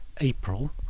april